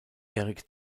erik